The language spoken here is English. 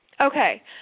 Okay